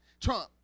Trump